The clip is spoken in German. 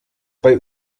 bei